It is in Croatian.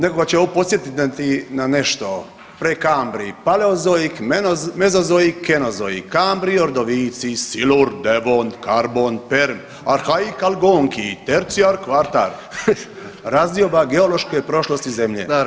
Nekoga će ovo podsjetiti na nešto, prekambrij, paleozoik, mezozoik, kenozoik, kambrij, ordovicij, silur, devon, karbon, perm, arhaikr, algonkij, tercijar, kvartar, razdioba geološke prošlosti zemlje.